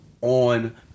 on